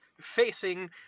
facing